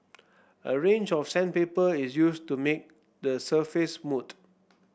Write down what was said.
a range of sandpaper is used to make the surface moot